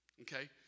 Okay